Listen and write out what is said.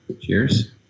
Cheers